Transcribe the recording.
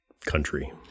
country